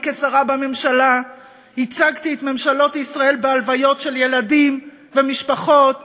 כשרה בממשלה ייצגתי את ממשלות ישראל בהלוויות של ילדים ומשפחות,